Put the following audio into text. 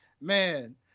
man